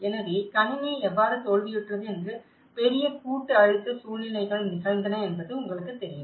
எனவே அமைப்பு எவ்வாறு தோல்வியுற்றது என்று பெரிய கூட்டு அழுத்த சூழ்நிலைகள் நிகழ்ந்தன என்பது உங்களுக்குத் தெரியும்